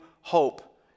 hope